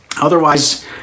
Otherwise